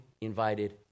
invited